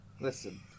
Listen